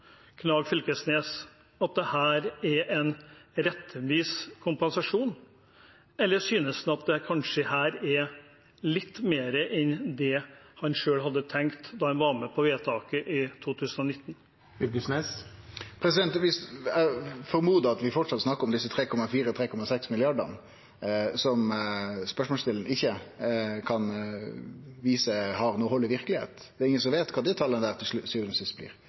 Knag Fylkesnes at dette er en rettvis kompensasjon, eller synes han at det kanskje her er litt mer enn det han selv hadde tenkt da han var med på vedtaket i 2019? Eg går ut frå at vi framleis snakkar om desse 3,4 eller 3,6 mrd. kr som spørsmålsstillaren ikkje kan vise at har noko hald i verkelegheita. Det er ingen som veit kva det talet til sjuande og sist blir.